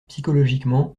psychologiquement